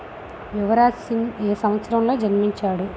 యువరాజ్ సింగ్ ఏ సంవత్సరంలో జన్మించాడు